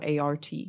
ART